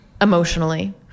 emotionally